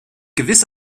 gewiss